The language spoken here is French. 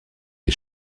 des